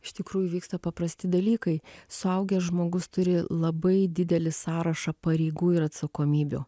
iš tikrų vyksta paprasti dalykai suaugęs žmogus turi labai didelį sąrašą pareigų ir atsakomybių